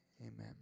amen